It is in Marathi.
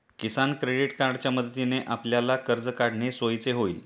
किसान क्रेडिट कार्डच्या मदतीने आपल्याला कर्ज काढणे सोयीचे होईल